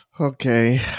Okay